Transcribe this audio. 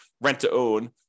rent-to-own